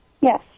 Yes